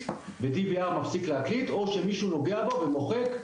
ו-DVR מפסיק להקליט או אם מישהו נוגע בו ומוחק,